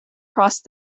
crossed